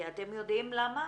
כי אתם יודעים למה?